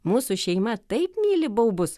mūsų šeima taip myli baubus